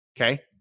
Okay